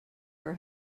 are